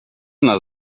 nas